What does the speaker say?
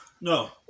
No